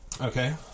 Okay